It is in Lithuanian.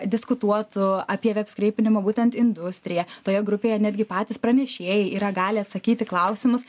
diskutuotų apie veb skreipinimo būtent industriją toje grupėje netgi patys pranešėjai yra gali atsakyt į klausimus